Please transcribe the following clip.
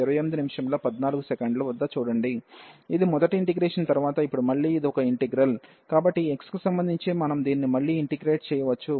ఇది మొదటి ఇంటిగ్రేషన్ తర్వాత ఇప్పుడు మళ్ళీ ఇది ఒకే ఇంటిగ్రల్ కాబట్టి x కి సంబంధించి మనం దీన్ని మళ్ళీ ఇంటిగ్రేట్ చేయవచ్చు